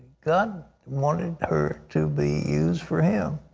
god wanted her to be used for him.